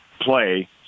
play